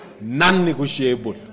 Non-negotiable